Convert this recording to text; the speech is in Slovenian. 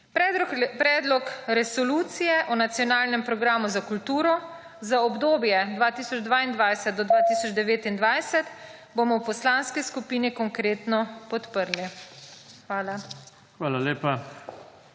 Predlog resolucije o nacionalnem programu za kulturo za obdobje 2022-2029 bomo v Poslanski skupini Konkretno podprli. Hvala.